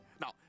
now